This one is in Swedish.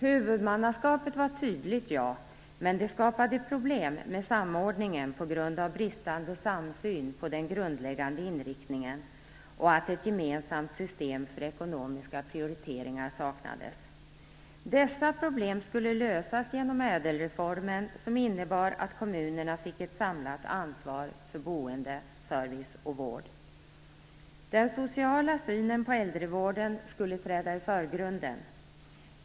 Huvudmannaskapet var tydligt, ja, men det skapade problem med samordningen på grund av bristande samsyn på den grundläggande inriktningen och att ett gemensamt system för ekonomiska prioriteringar saknades. Dessa problem skulle lösas genom ÄDEL-reformen, som innebar att kommunerna fick ett samlat ansvar för boende, service och vård. Den sociala synen på äldrevården skulle träda i förgrunden.